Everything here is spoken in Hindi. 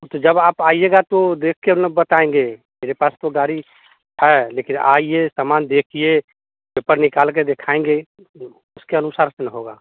तो जब आप आइएगा तो देख कर अपना बताएँगे मेरे पास तो गाड़ी है लेकिन आइए समान देखिए पेपर निकाल कर दिखाएँगे उसके अनुसार से न होगा